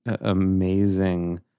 amazing